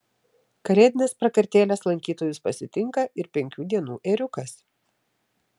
kalėdinės prakartėlės lankytojus pasitinka ir penkių dienų ėriukas